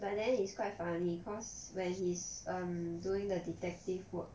but then it's quite funny cause when he's um doing the detective work